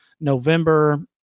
November